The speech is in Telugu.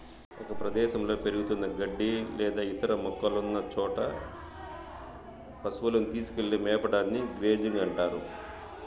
ఒక ప్రదేశంలో పెరుగుతున్న గడ్డి లేదా ఇతర మొక్కలున్న చోట పసువులను తీసుకెళ్ళి మేపడాన్ని గ్రేజింగ్ అంటారు